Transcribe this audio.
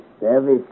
service